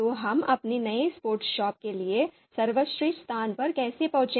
तो हम अपनी नई स्पोर्ट्स शॉप के लिए सर्वश्रेष्ठ स्थान पर कैसे पहुंचे